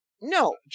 no